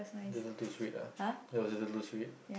isn't too sweet lah that was a little sweet